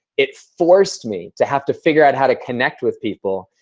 it forced me to have to figure out how to connect with people.